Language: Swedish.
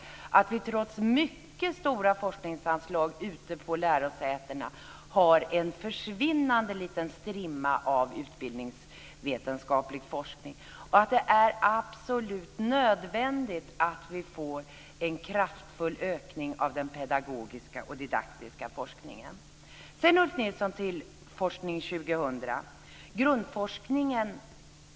Han vet att vi trots mycket stora forskningsanslag på lärosätena har en försvinnande liten strimma av utbildningsvetenskaplig forskning. Det är absolut nödvändigt att vi får en kraftfull ökning av den pedagogiska och didaktiska forskningen. Sedan, Ulf Nilsson, till Forskning 2000.